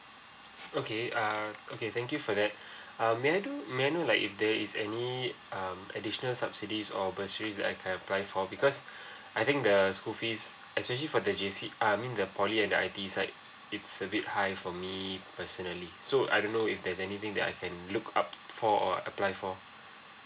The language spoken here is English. okay err okay thank you for that um may I do may I know like if there is any um additional subsidies or bursaries that I can apply for because I think the school fees especially for the J_C I mean the poly and I_T_E side it's a bit high for me personally so I don't know if there's anything that I can look up for or apply for